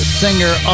singer